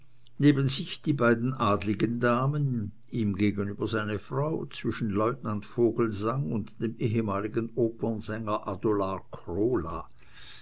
neben sich die beiden adligen damen ihm gegenüber seine frau zwischen lieutenant vogelsang und dem ehemaligen opernsänger adolar krola